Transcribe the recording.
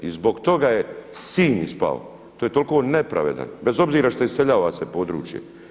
I zbog toga je Sinj ispao, to je toliko nepravedno bez obzira što se iseljava se područje.